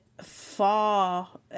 far